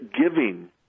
giving